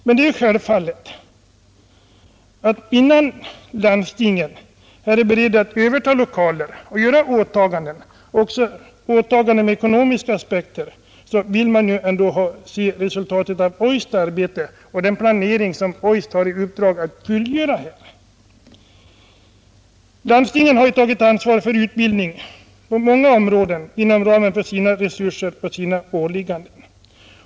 Men det är självfallet att innan landstingen är beredda att överta lokaler och göra åtaganden med ekonomiska aspekter vill de se resultatet av OJST: arbete och den planering som OJST har i uppdrag att fullgöra. Landstingen har ju tagit ansvaret för utbildningen på många områden inom ramen för sina resurser och sina åligganden.